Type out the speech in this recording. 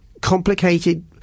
complicated